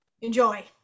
Enjoy